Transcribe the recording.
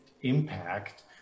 impact